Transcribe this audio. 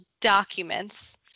documents